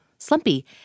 Slumpy